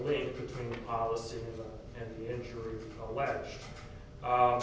link between the policy and